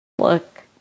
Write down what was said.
look